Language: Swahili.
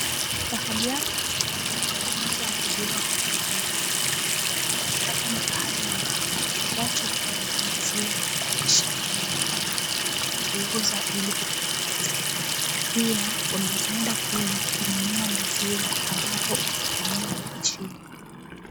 Pahali hapa ni pa kuuza maziwa kwa wingi. Hapa ni pahali ambapo watu hupeleka maziwa wakishakamua ng'ombe kuuza ili kupata pesa. Pia unaweza enda kule kununua maziwa ambapo utapimiwa na mashine.